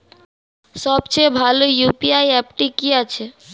সবচেয়ে ভালো ইউ.পি.আই অ্যাপটি কি আছে?